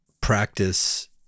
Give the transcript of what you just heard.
practice